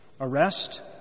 Arrest